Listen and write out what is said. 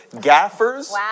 gaffers